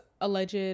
alleged